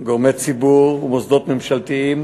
גורמי ציבור ומוסדות ממשלתיים